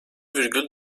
virgül